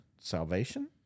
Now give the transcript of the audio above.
salvation